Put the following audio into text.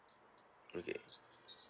okay